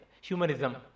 humanism